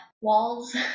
walls